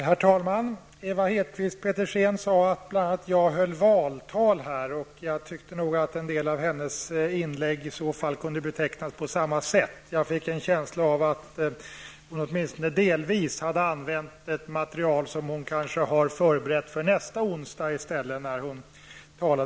Herr talman! Ewa Hedkvist Petersen sade bl.a. att jag höll valtal här. Jag tycker nog i så fall en del av hennes inlägg kunde betäknas på samma sätt. Jag fick en känsla av att hon när hon talade här åtminstone delvis använde ett material som hon har förberätt för nästa onsdag, den 1 maj.